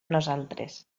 nosaltres